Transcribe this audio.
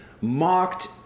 mocked